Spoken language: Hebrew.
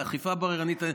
אכיפה בררנית.